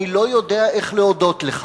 אני לא יודע איך להודות לך.